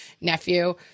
nephew